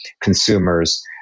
consumers